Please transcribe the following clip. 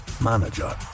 manager